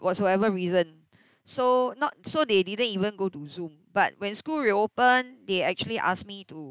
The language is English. whatsoever reason so not so they didn't even go to Zoom but when school reopen they actually ask me to